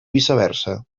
viceversa